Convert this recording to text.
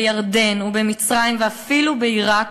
בירדן ובמצרים ואפילו בעיראק.